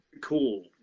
cool